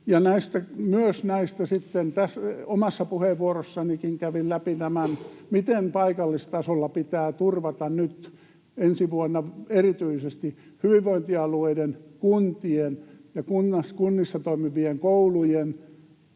myös omassa puheenvuorossanikin kävin läpi, miten paikallistasolla pitää turvata nyt erityisesti ensi vuonna hyvinvointialueiden, kuntien ja kunnissa toimivien koulujen,